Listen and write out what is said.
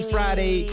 Friday